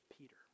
Peter